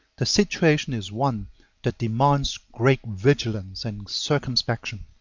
the situation is one that demands great vigilance and circumspection.